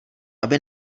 aby